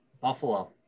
Buffalo